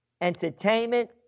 Entertainment